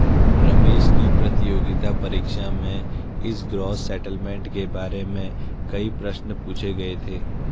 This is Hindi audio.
रमेश की प्रतियोगिता परीक्षा में इस ग्रॉस सेटलमेंट के बारे में कई प्रश्न पूछे गए थे